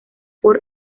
por